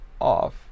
off